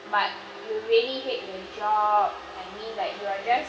but you really hate the job I mean like you are just